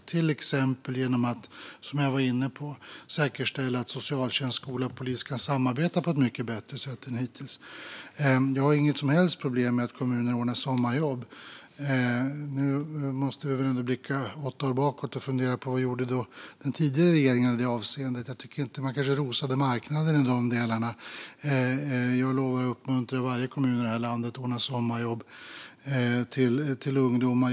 Det gäller till exempel, som jag var inne på, att säkerställa att socialtjänst, skola och polis kan samarbeta på ett mycket bättre sätt än hittills. Jag har inget som helst problem med att kommuner ordnar sommarjobb. Nu måste vi väl ändå blicka åtta år bakom och fundera på vad den tidigare regeringen gjorde i det avseendet. Jag tycker inte att man kanske rosade marknaden i de delarna. Jag lovar att uppmuntra varje kommun i det här landet att ordna sommarjobb till ungdomar.